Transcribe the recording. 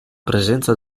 presenza